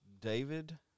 David